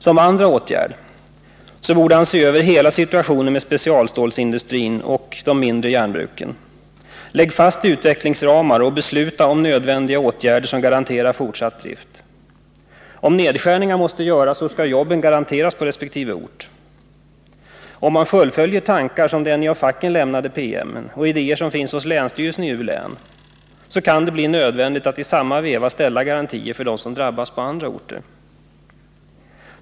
Som andra åtgärd: Se över hela situationen för specialstålsindustrin och för de mindre järnbruken! Lägg fast utvecklingsramar och besluta om nödvändiga åtgärder som garanterar fortsatt drift! Om nedskärningar måste göras så skall jobben garanteras på resp. ort. Om man fullföljer tankar som finns i den av facken lämnade promemorian och de idéer som finns hos länsstyrelsen i U-län, kan det bli nödvändigt att i samma veva ställa garantier för dem som drabbas på andra orter.